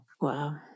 Wow